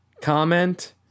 comment